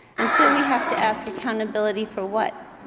and so we have to ask accountability for what?